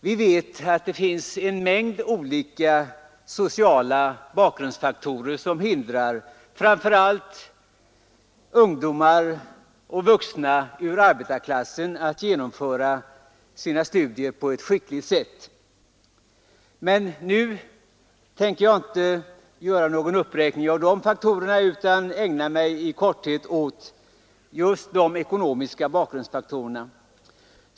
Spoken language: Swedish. Vi vet att det finns en mängd olika sociala bakgrundsfaktorer som hindrar framför allt ungdomar och vuxna ur arbetarklassen att genomföra sina studier på ett framgångsrikt sätt. Jag tänker emellertid nu inte räkna upp dessa faktorer utan skall ägna mig åt de ekonomiska bakgrundsfaktorerna.